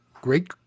great